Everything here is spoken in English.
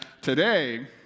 Today